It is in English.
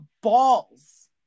balls